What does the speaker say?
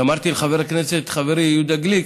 אז אמרתי לחבר הכנסת חברי יהודה גליק